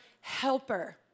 helper